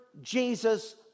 Jesus